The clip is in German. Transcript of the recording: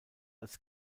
als